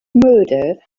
murder